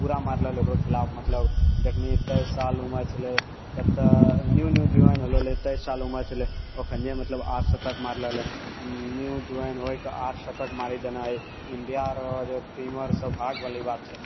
पूरा मारले रहै ओकरा खिलाफ मतलब जखनि तेइस साल उमर छलै कत्त न्यू न्यू ज्वाइन होइले रहै तेइस साल उमर छलै ओ अखनिये मतलब आठ शतक मारले रहै न्यू ज्वाइन होइके आठ शतक मारि देनाइ इण्डियारे टीमरे सौभाग्यवाली बात छै